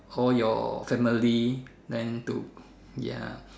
all your family then to ya